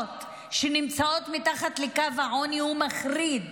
שנמצאות מתחת לקו העוני הוא מחריד,